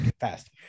fast